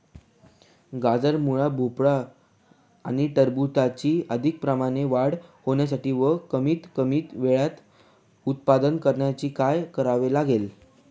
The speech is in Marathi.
गाजर, मुळा, भोपळा आणि टरबूजाची अधिक प्रमाणात वाढ होण्यासाठी व कमीत कमी वेळेत उत्पादन घेण्यासाठी काय करावे लागेल?